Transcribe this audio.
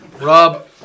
Rob